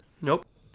Nope